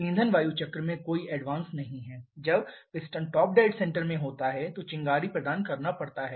ईंधन वायु चक्र में कोई अग्रिम नहीं है जब पिस्टन टॉप डेड सेंटर में होता है तो चिंगारी प्रदान करना पड़ता है